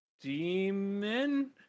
demon